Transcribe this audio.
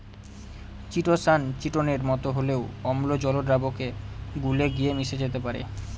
chitosan চিটোনের মতো হলেও অম্ল জল দ্রাবকে গুলে গিয়ে মিশে যেতে পারে